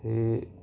हे